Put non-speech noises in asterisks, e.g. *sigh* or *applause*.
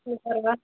*unintelligible*